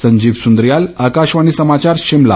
संजीव सुन्द्रियाल आकाशवाणी सामाचार शिमला